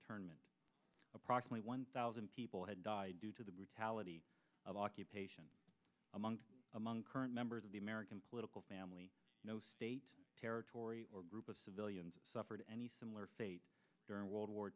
ernment approximately one thousand people had died due to the brutality of occupation among among current members of the american political family eight territory or group of civilians suffered any similar fate during world war